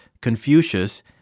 Confucius